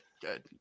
Good